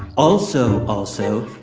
also, also,